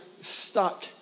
stuck